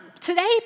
today